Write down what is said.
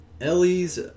Ellie's